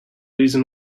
reason